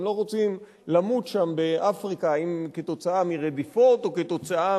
הם לא רוצים למות שם באפריקה כתוצאה מרדיפות או כתוצאה